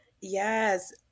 yes